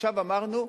עכשיו אמרנו: